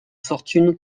fortune